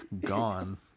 gone